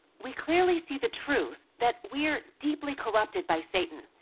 we clearly see the truth that we're deeply corrupted by satan,